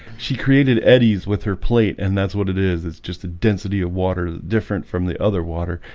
she created eddie's with her plate, and that's what it is it's just a density of water different from the other water.